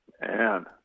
Man